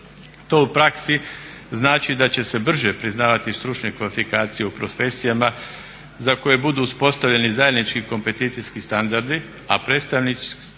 To u praksi znači da će se brže priznavati stručne kvalifikacije u profesijama za koje budu uspostavljeni zajednički kompeticijski standardi, a predstavnici strukovnih